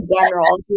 general